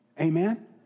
Amen